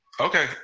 Okay